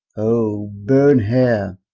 o burne her,